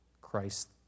Christ